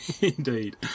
Indeed